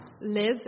Live